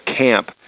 camp